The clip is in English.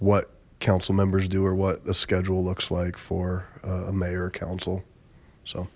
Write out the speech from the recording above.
what council members do or what the schedule looks like for mayor council so